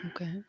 okay